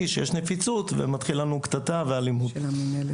בו יש נפיצות ומתחילה קטטה ואלימות.